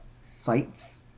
sites